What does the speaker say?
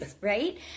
right